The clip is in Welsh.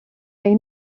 neu